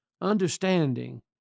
understanding